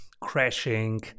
crashing